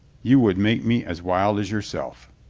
you would make me as wild as your self.